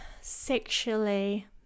sexually